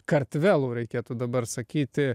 kartvelų reikėtų dabar sakyti